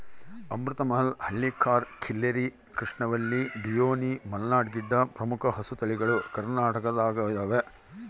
ಅಮೃತ ಮಹಲ್ ಹಳ್ಳಿಕಾರ್ ಖಿಲ್ಲರಿ ಕೃಷ್ಣವಲ್ಲಿ ಡಿಯೋನಿ ಮಲ್ನಾಡ್ ಗಿಡ್ಡ ಪ್ರಮುಖ ಹಸುತಳಿಗಳು ಕರ್ನಾಟಕದಗೈದವ